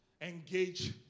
Engage